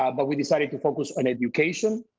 um but. we decided to focus on education,